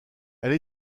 elle